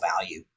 value